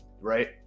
right